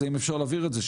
אז האם אפשר להבהיר את זה,